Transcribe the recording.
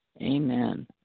Amen